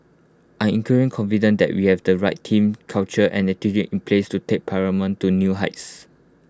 I incredibly confident that we have the right team culture and attitude in place to take paramount to new heights